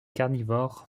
carnivore